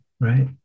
right